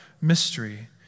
mystery